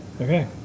Okay